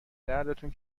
دردتون